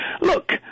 look